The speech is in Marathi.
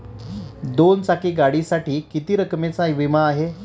दोन चाकी गाडीसाठी किती रकमेचा विमा आहे?